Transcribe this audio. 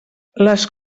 les